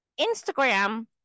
instagram